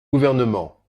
gouvernement